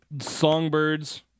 songbirds